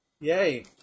Yay